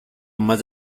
más